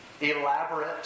elaborate